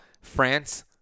france